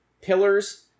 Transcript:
pillars